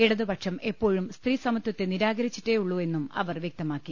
ഇടതുപക്ഷം എപ്പോഴും സ്ത്രീസമത്വത്തെ നിരാകരിച്ചിട്ടേഉള്ളുവെന്നും അവർ വൃക്തമാക്കി